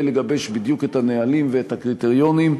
לגבש בדיוק את הנהלים ואת הקריטריונים,